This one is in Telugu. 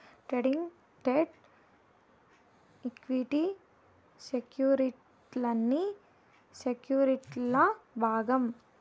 ట్రేడింగ్, డెట్, ఈక్విటీ సెక్యుర్టీలన్నీ సెక్యుర్టీల్ల భాగం